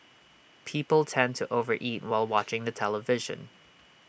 people tend to over eat while watching the television